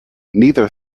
neither